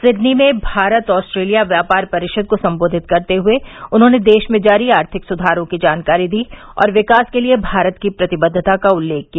Sydney में Bharat Australia व्यापार परिषद को संबोधित करते हुए उन्होंने देश में जारी आर्थिक सुधारों की जानकारी दी और विकास के लिए भारत की प्रतिबद्वता का उल्लेख किया